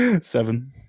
Seven